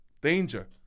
Danger